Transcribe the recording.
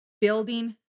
building